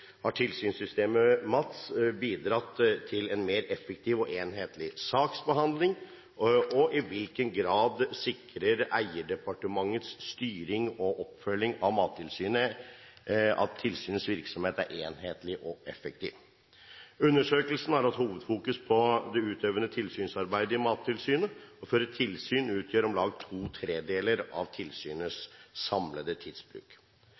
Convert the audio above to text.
Har tilsynssystemet MATS bidratt til en mer effektiv og enhetlig saksbehandling? I hvilken grad sikrer eierdepartementets styring og oppfølging av Mattilsynet at tilsynets virksomhet er enhetlig og effektiv? Undersøkelsen har hatt hovedfokus på det utøvende tilsynsarbeidet i Mattilsynet. Å føre tilsyn utgjør om lag to tredeler av tilsynets samlede tidsbruk.